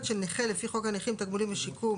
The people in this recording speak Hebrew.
של נכה לפי חוק הנכים (תגמולים ושיקום),